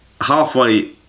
halfway